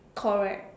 correct